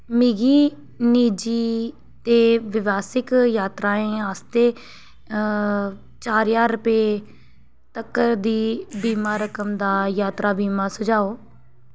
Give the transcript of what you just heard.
मिगी निजी ते व्यावसायिक यात्राएं आस्तै चार ज्हार तक्कर दी बीमा रकम दा यात्रा बीमा सुझाओ